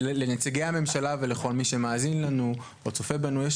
לנציגי הממשלה ולכל מי שמאזין לנו או צופה בנו שיש